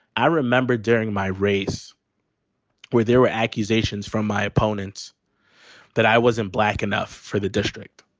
i remember during my race where there were accusations from my opponents that i wasn't black enough for the district,